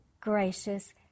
gracious